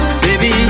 baby